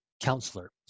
counselor